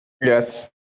Yes